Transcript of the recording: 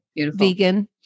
vegan